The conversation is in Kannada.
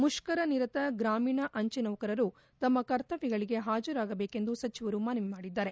ಮುತ್ತರ ನಿರತ ಗ್ರಾಮೀಣ ಅಂಜೆ ನೌಕರರು ತಮ್ನ ಕರ್ತಮ್ನಗಳಿಗೆ ಹಾಜರಾಗಬೇಕೆಂದು ಸಚಿವರು ಮನವಿ ಮಾಡಿದ್ದಾರೆ